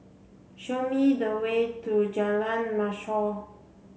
show me the way to Jalan Mashhor